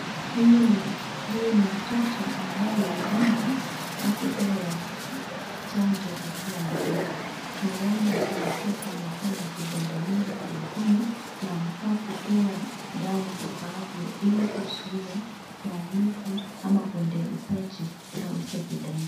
Huyu ni mtoto ambaye huenda hakupewa chanjo akiwa mtoto, nowonder kumekuwa na vidonda mingi kwa mkono na anafaa kupewa dawa zifaavyo ili kuzuia maumivu ama uendelezaji wa hizo vidonda.